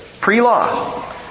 Pre-law